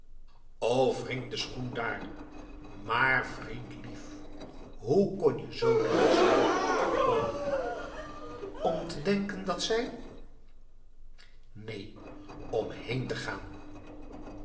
wringt de schoen daar maar vriendlief hoe kon je zoo dwaas zijn om om te denken dat zij neen om heen te gaan